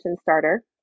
starter